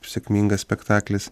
sėkmingas spektaklis